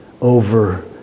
over